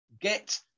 get